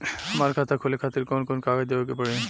हमार खाता खोले खातिर कौन कौन कागज देवे के पड़ी?